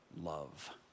love